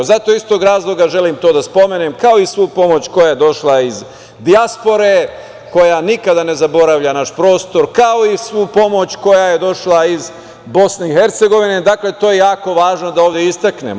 Zato iz tog razloga želim to da spomenem, kao i svu pomoć koja je došla iz dijaspore, koja nikada ne zaboravlja naš prostor, kao i svu pomoć koja je došla iz Bosne i Hercegovine, dakle, to je jako važno da ovde istaknemo.